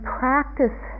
practice